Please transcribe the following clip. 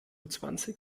zwanzig